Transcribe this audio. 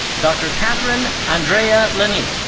dr. kathryn andrea lanier.